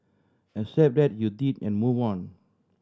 accept that you did and move on